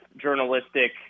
journalistic